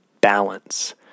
balance